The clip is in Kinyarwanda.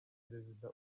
perezida